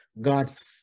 God's